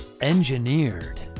Engineered